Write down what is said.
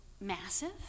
massive